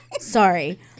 Sorry